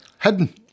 hidden